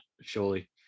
surely